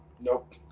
Nope